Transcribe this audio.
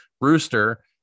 rooster